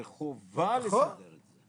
זו חובה לסדר את זה.